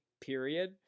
period